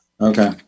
Okay